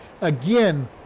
Again